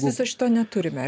viso šito neturime